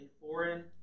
foreign